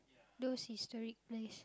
those historic place